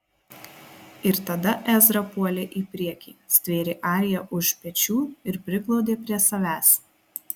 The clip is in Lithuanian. ir tada ezra puolė į priekį stvėrė ariją už pečių ir priglaudė prie savęs